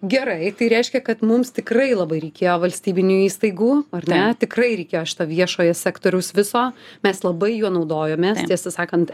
gerai tai reiškia kad mums tikrai labai reikėjo valstybinių įstaigų ar ne tikrai reikėjo šito viešojo sektoriaus viso mes labai juo naudojomės tiesą sakant